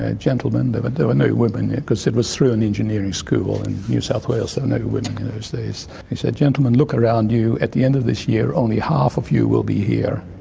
ah gentlemen, there but there were no women because it was through an engineering school in new south wales, there were no women in those days, he said, gentlemen, look around you. at the end of this year only half of you will be here.